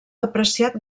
apreciat